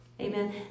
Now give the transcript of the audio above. Amen